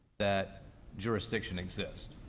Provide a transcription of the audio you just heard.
that jurisdiction exists.